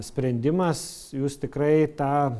sprendimas jūs tikrai tą